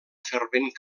fervent